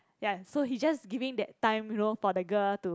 ya so he's just giving that time you know for the girl to